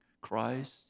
Christ